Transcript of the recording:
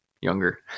younger